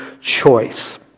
choice